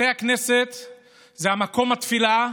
בתי הכנסת הם מקום התפילה,